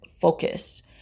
focus